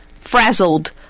frazzled